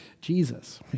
Jesus